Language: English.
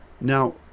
Now